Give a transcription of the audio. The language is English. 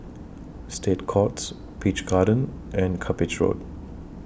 State Courts Peach Garden and Cuppage Road